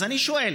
אז אני שואל: